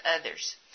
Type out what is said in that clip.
others